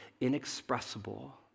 inexpressible